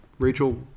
Rachel